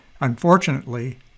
Unfortunately